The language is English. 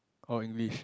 or English